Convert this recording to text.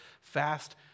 fast